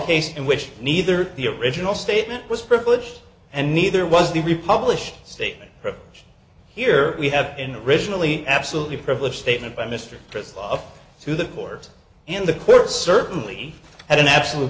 case in which neither the original statement was privileged and neither was the republic statement here we have in the originally absolutely privileged statement by mr kristol of to the court and the court certainly had an absolute